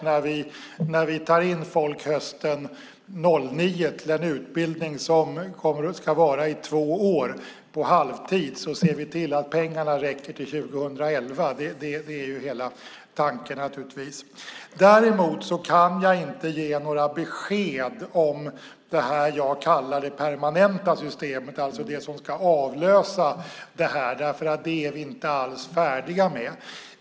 När vi tar in folk hösten 2009 till en utbildning som ska vara i två år är det väl självklart att vi ser till att pengarna räcker till 2011. Det är ju hela tanken. Däremot kan jag inte ge några besked om det jag kallade för det permanenta systemet, alltså det som ska avlösa detta. Det är vi inte alls färdiga med.